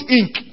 ink